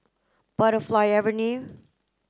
Butterfly Avenue